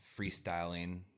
freestyling